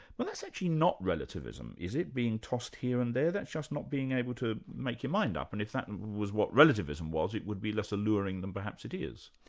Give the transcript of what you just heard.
but that's actually not relativism, is it, being tossed here and there? that's just not being able to make your mind up, and if that and was what relativism was, it would be less alluring than perhaps it is.